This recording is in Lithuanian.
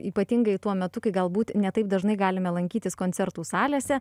ypatingai tuo metu kai galbūt ne taip dažnai galime lankytis koncertų salėse